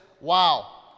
wow